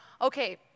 Okay